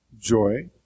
joy